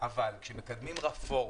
אבל כאשר מקדמים רפורמה,